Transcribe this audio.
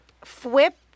Flip